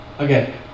Okay